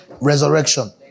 resurrection